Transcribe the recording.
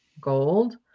gold